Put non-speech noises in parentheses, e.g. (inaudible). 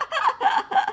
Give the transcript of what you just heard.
(laughs)